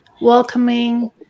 welcoming